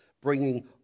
bringing